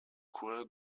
courir